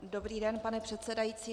Dobrý den, pane předsedající.